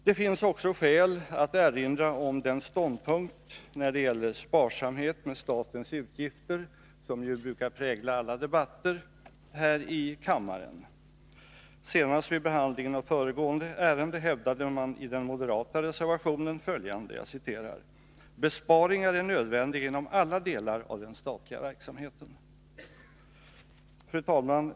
Det finns också skäl att erinra om den ståndpunkt när det gäller sparsamheten med statens medel som brukar prägla alla debatter här i kammaren. Senast i föregående ärende hävdades det i den moderata reservationen: ”Besparingar är nödvändiga inom alla delar av den statliga verksamheten.” Fru talman!